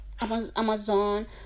Amazon